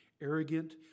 arrogant